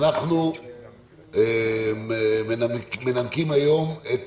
אנחנו מנמקים היום את